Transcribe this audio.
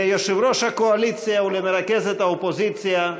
ליושב-ראש הקואליציה ולמרכזת האופוזיציה,